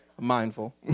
mindful